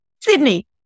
Sydney